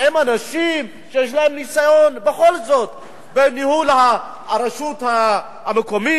הם אנשים שיש להם בכל זאת ניסיון בניהול הרשות המקומית,